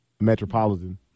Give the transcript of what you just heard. Metropolitan